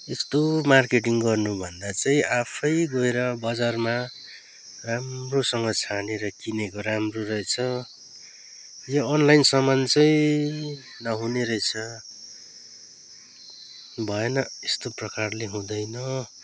यस्तो मार्केटिङ गर्नुभन्दा चाहिँ आफै गएर बजारमा राम्रोसँग छानेर किनेको राम्रो रहेछ यो अनलाइन सामान चाहिँ नहुने रहेछ भएन यस्तो प्रकारले हुँदैन